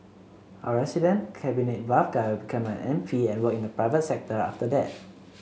our resident cabinet buff guy will become an M P and work in the private sector after that